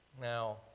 Now